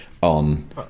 on